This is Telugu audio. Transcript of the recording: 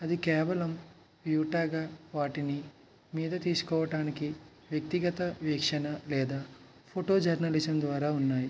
అది కేవలం యూటాగా వాటిని మీద తీసుకోవడానికి వ్యక్తిగత వేషణ లేదా ఫోటో జర్నలిజం ద్వారా ఉన్నాయి